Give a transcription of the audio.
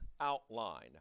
outline